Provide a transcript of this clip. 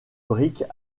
briques